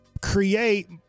create